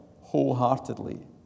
wholeheartedly